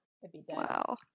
Wow